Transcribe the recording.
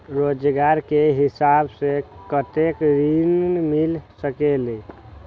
रोजगार के हिसाब से कतेक ऋण मिल सकेलि?